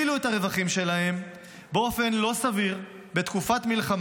את הרווחים שלהם על חשבון הציבור באופן לא סביר בתקופת מלחמה.